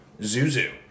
Zuzu